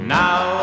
now